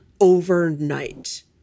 overnight